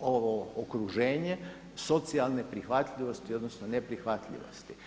ovo okruženje socijalne prihvatljivosti, odnosno neprihvatljivosti.